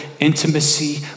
Intimacy